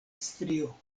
strio